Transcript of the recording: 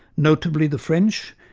notably the french,